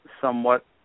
somewhat